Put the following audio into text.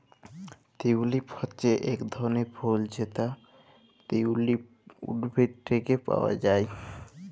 tulip হচ্যে এক ধরলের ফুল যেটা টিউলিপ উদ্ভিদ থেক্যে পাওয়া হ্যয়